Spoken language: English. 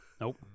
Nope